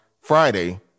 Friday